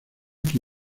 que